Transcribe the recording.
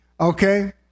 Okay